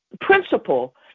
principle